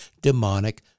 demonic